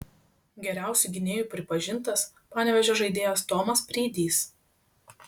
geriausiu gynėju pripažintas panevėžio žaidėjas tomas preidys